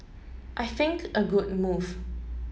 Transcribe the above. I think a good move